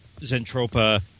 Zentropa